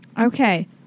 Okay